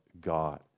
God